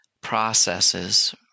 processes